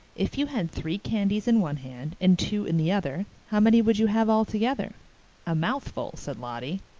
if you had three candies in one hand and two in the other, how many would you have altogether a mouthful said lottie.